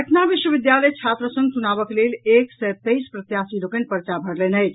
पटना विश्वविद्यालय छात्र संघ चुनावक लेल एक सय तेईस प्रत्याशी लोकनि पर्चा भरलनि अछि